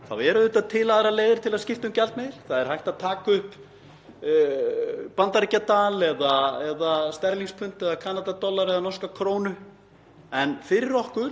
en fyrir okkur sem fullvalda þjóð inni á hinu Evrópska efnahagssvæði liggur mjög beint við að stefna að því að taka upp evru. Ef við myndum sýna viðleitni til þess